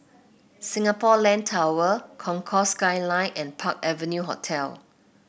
Singapore Land Tower Concourse Skyline and Park Avenue Hotel